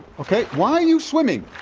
okay, why are you swimming?